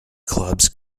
clubs